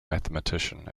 mathematician